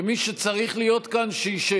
ומי שצריך להיות כאן שישב.